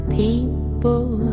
people